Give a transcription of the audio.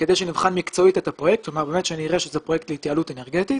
כדי שנבחן מקצועית את הפרויקט ונראה שזה פרויקט להתייעלות אנרגטית.